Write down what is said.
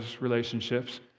relationships